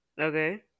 Okay